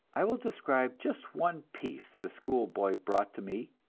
i will describe just one piece that a school boy brought to me,